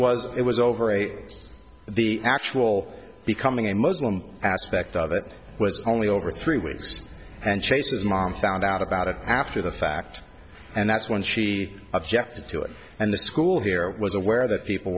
was it was over eight the actual becoming a muslim aspect of it was only over three weeks and chase's mom found out about it after the fact and that's when she objected to it and the school here was aware that people